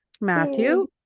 Matthew